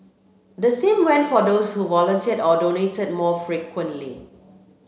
the same went for those who volunteered or donated more frequently